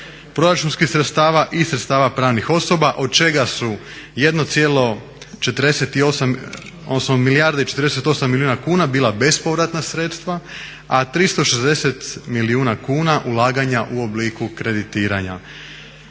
proračunskih sredstava i sredstava pravnih osoba od čega su milijardu i 48 milijuna kuna bila bespovratna sredstva, a 360 milijuna kuna ulaganja u obliku kreditiranja.